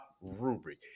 rubric